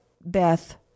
Beth